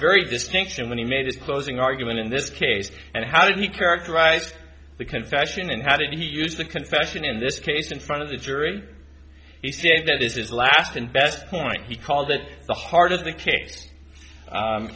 very distinctive when he made a closing argument in this case and how did he characterize the confession and how did he use the confession in this case in front of the jury if that is his last and best point he called it the heart of the